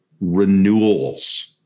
renewals